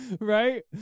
right